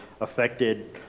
affected